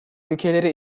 ülkeleri